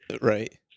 Right